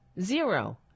Zero